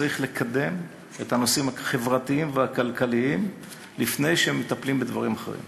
צריך לקדם את הנושאים החברתיים והכלכליים לפני שמטפלים בדברים אחרים,